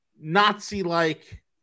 Nazi-like